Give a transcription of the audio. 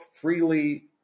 freely